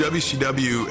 wcw